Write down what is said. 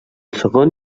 segon